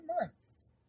months